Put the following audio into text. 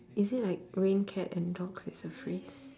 is it like rain cat and dogs is a phrase